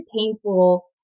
painful